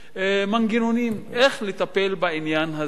מנגנונים איך לטפל בעניין הזה,